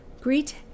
Greet